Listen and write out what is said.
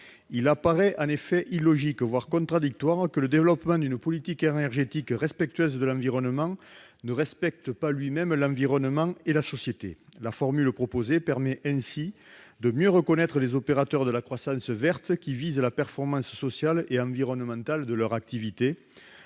il serait illogique, voire contradictoire, que le développement d'une politique énergétique respectueuse de l'environnement ne respecte pas l'environnement et la société ! La formule que nous proposons permettra de mieux reconnaître les opérateurs de la croissance verte, qui visent la performance sociale et environnementale de leur activité.